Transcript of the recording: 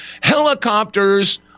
helicopters